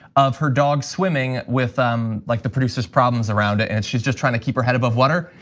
of her dog swimming with um like the producer's problems around it. and she's just trying to keep her head above water,